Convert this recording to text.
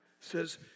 says